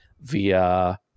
via